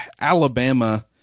Alabama